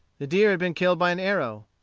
the deer had been killed by an arrow.